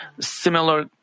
similar